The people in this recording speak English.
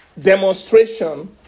demonstration